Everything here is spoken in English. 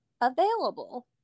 available